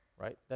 right